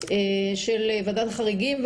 של ועדת חריגים,